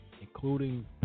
including